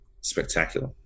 spectacular